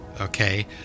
Okay